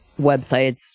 websites